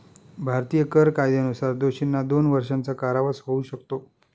भारतीय कर कायद्यानुसार दोषींना दोन वर्षांचा कारावास होऊ शकतो